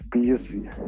busy